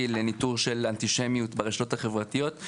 לניטור של אנטישמיות ברשתות החברתיות.